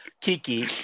Kiki